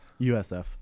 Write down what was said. USF